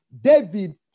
David